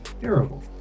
Terrible